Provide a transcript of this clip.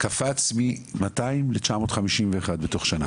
קפץ מ-200 ל-951 בתוך שנה.